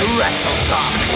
WrestleTalk